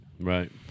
Right